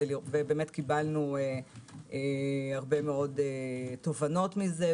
ובאמת קיבלנו הרבה מאוד תובנות מזה,